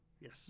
yes